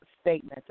statement